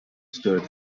stood